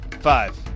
Five